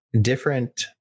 different